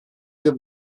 der